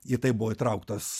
į taip buvo įtrauktas